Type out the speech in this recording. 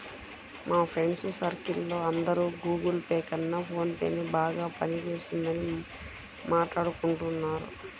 మా friends circle లో అందరూ గుగుల్ పే కన్నా ఫోన్ పేనే బాగా పని చేస్తున్నదని మాట్టాడుకుంటున్నారు